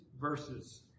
verses